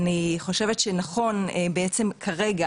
ואני חושבת שנכון כרגע,